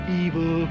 evil